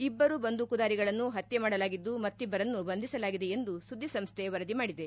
ಇಬ್ಬರು ಬಂದೂಕುದಾರಿಗಳನ್ನು ಪತ್ಯೆ ಮಾಡಲಾಗಿದ್ದು ಮತ್ತಿಬ್ಲರನ್ನು ಬಂಧಿಸಲಾಗಿದೆ ಎಂದು ಸುದ್ದಿಸಂಸ್ವೆ ವರದಿ ಮಾಡಿದೆ